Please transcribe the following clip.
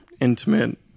intimate